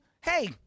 Hey